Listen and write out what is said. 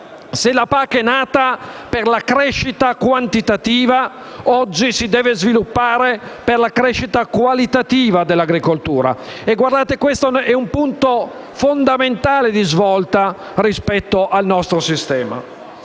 Se la PAC è nata per la crescita quantitativa, oggi si deve sviluppare per la crescita qualitativa dell'agricoltura e questo è un punto di svolta fondamentale rispetto al nostro sistema.